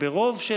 ברוב של,